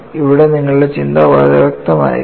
ഇവിടെ നിങ്ങളുടെ ചിന്ത വളരെ വ്യക്തമായിരിക്കണം